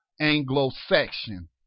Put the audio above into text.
Anglo-Saxon